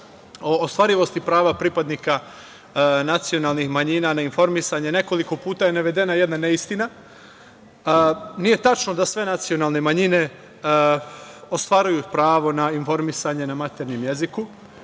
o ostvarivosti prava pripadnika nacionalnih manjina na informisanje, nekoliko puta je navedena jedna neistina. Nije tačno da sve nacionalne manjine ostvaruju pravo na informisanje na maternjem jeziku.